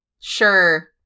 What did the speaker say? Sure